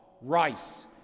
Rice